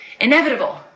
Inevitable